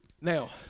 Now